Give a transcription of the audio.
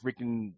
freaking